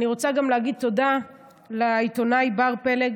אני גם רוצה להגיד תודה לעיתונאי בר פלג